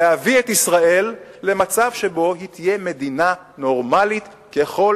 זה להביא את ישראל למצב שבו היא תהיה מדינה נורמלית ככל